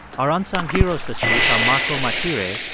our unsung heroes this week are marco martire,